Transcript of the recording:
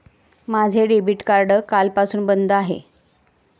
माझे debit card कालपासून बंद आहे